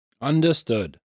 Understood